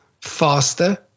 faster